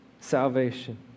salvation